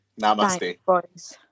Namaste